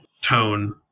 tone